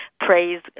praise